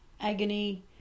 agony